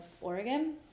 Oregon